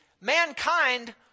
mankind